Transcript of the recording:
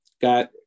got